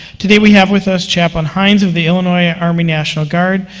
today we have with us chaplain hines of the illinois army national guard,